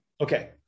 Okay